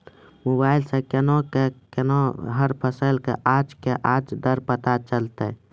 Mobile सऽ केना कऽ हर फसल कऽ आज के आज दर पता चलतै?